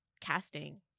casting